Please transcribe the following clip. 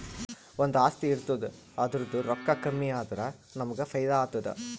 ಒಂದು ಆಸ್ತಿ ಇರ್ತುದ್ ಅದುರ್ದೂ ರೊಕ್ಕಾ ಕಮ್ಮಿ ಆದುರ ನಮ್ಮೂಗ್ ಫೈದಾ ಆತ್ತುದ